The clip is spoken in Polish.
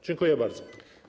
Dziękuję bardzo.